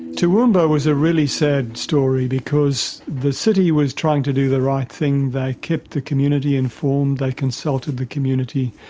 toowoomba was a really sad story because the city was trying to do the right thing, they kept the community informed, they consulted the community,